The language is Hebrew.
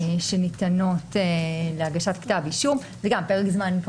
שניתנות להגשת כתב אישום; פרק זמן ארוך,